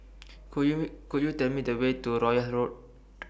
Could YOU Could YOU Tell Me The Way to Royal Road